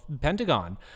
pentagon